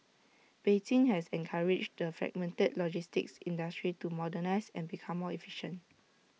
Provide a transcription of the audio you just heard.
Beijing has encouraged the fragmented logistics industry to modernise and become more efficient